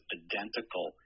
identical